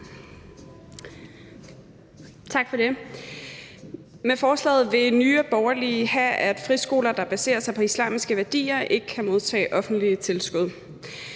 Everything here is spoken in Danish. Tak for det. Med forslaget vil Nye Borgerlige have, at friskoler, der baserer sig på islamiske værdier, ikke kan modtage offentlige tilskud.